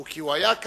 הוא היה כאן.